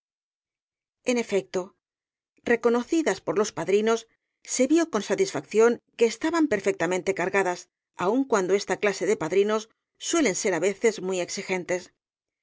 en efecto reconocidas por los padrinos se vio con rosalía de castro satisfacción que estaban perfectamente cargadas aun cuando esta clase de padrinos suelen ser á veces muy exigentes